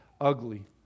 ugly